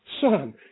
Son